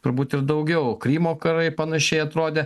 turbūt ir daugiau krymo karai panašiai atrodė